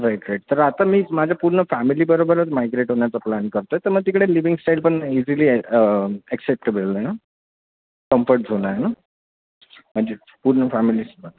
right right तर आता मी माझ्या पूर्ण फॅमिलीबरोबरच मायग्रेट होण्याचा प्लॅन करतो आहे तर मग तिकडे लिव्हिंग स्टाईल पण इझिली ॲक्सेप्टेबल आहे ना कम्फर्ट झोन आहे ना म्हणजे पूर्ण फॅमिली